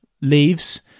leaves